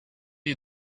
you